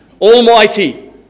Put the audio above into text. Almighty